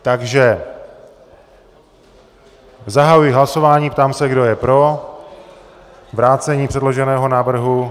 Takže zahajuji hlasování a ptám se, kdo je pro vrácení předloženého návrhu...